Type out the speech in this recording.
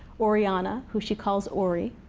orianna, who she calls ori,